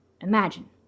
Imagine